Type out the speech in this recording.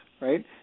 right